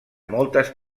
moltes